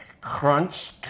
crunch